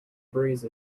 breeze